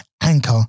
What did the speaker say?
anchor